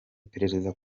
iperereza